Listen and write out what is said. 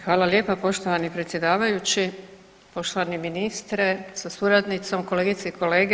Hvala lijepa poštovani predsjedavajući, poštovani ministre sa suradnicom, kolegice i kolege.